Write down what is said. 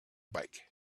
bike